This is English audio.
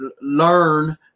learn